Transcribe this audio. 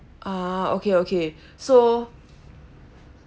ah okay okay so